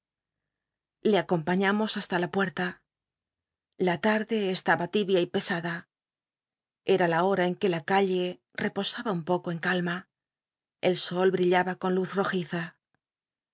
le acompañamos hasla la puerta la larde estaba libia y pesada era la hora en que la calle reposaba un poco en calma el sol brillaba con luz rojiza